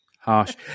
harsh